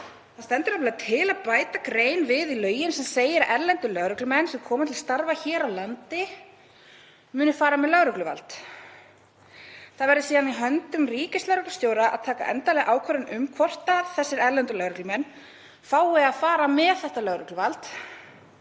Það stendur nefnilega til að bæta grein við lögin sem segir að erlendir lögreglumenn sem koma til starfa hér á landi muni fara með lögregluvald. Það verði síðan í höndum ríkislögreglustjóra að taka endanlega ákvörðun um hvort þessir erlendu lögreglumenn fái að fara með lögregluvald,